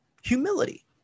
humility